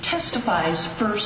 testifies first